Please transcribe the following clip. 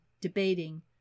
debating